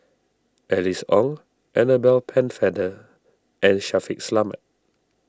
Alice Ong Annabel Pennefather and Shaffiq Selamat